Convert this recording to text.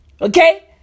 Okay